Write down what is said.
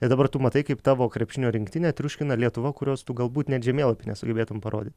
ir dabar tu matai kaip tavo krepšinio rinktinę triuškina lietuva kurios tu galbūt net žemėlapy nesugebėtum parodyt